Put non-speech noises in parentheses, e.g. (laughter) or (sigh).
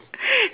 (noise)